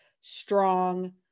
strong